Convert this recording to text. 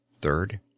Third